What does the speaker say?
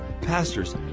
pastors